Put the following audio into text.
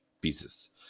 pieces